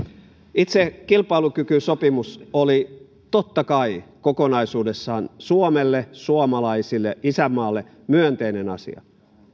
itse kilpailukykysopimus oli totta kai kokonaisuudessaan suomelle suomalaisille isänmaalle myönteinen asia